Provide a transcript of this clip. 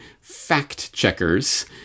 fact-checkers